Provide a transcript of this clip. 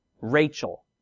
Rachel